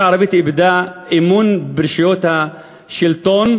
הערבית איבדה אמון ברשויות השלטון,